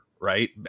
right